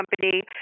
company